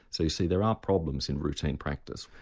so you see there are problems in routine practice.